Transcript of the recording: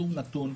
שום נתון,